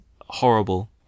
horrible